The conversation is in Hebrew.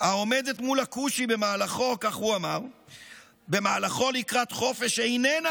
העומדת מול הכושי במהלכו לקראת חופש איננה